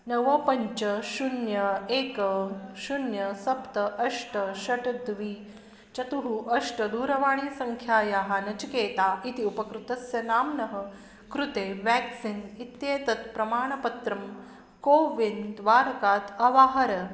नव पञ्च शून्यं एकं शून्यं सप्त अष्ट षट् द्वि चतुः अष्ट दूरवाणीसङ्ख्यायाः नचिकेतः इति उपकृतस्य नाम्नः कृते व्याक्सिन् इत्येतत् प्रमाणपत्रं कोविन् द्वारकात् अवाहर